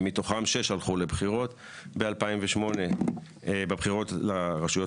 מתוכן 6 הלכו לבחירות ב-2008 בבחירות לרשויות